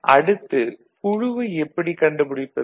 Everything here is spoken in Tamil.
அடுத்து குழுவை எப்படி கண்டுபிடிப்பது